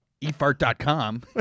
e-fart.com